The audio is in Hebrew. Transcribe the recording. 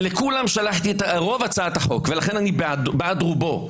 לכולם שלחתי את רוב הצעת החוק, ולכן אני בעד רובו.